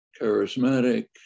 charismatic